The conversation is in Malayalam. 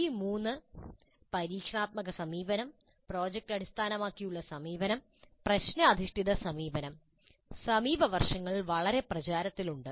ഈ മൂന്ന് പരീക്ഷണാത്മക സമീപനം പ്രോജക്റ്റ് അടിസ്ഥാനമാക്കിയുള്ള സമീപനം പ്രശ്ന അധിഷ്ഠിത സമീപനം സമീപ വർഷങ്ങളിൽ വളരെ പ്രചാരത്തിലുണ്ട്